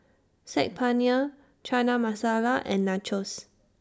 Saag Paneer Chana Masala and Nachos